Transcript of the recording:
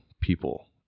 people